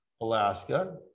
Alaska